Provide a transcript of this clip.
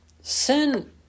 Sin